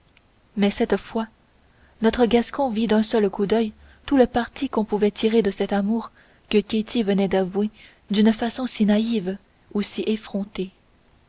mais cette fois notre gascon vit d'un seul coup d'oeil tout le parti qu'on pouvait tirer de cet amour que ketty venait d'avouer d'une façon si naïve ou si effrontée